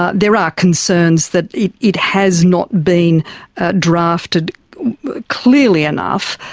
ah there are concerns that it it has not been drafted clearly enough